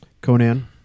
Conan